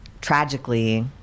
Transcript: tragically